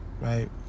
Right